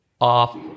off